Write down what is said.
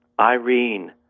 Irene